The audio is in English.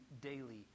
daily